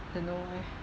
don't know eh